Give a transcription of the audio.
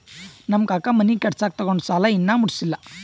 ನಮ್ ಕಾಕಾ ಮನಿ ಕಟ್ಸಾಗ್ ತೊಗೊಂಡ್ ಸಾಲಾ ಇನ್ನಾ ಮುಟ್ಸಿಲ್ಲ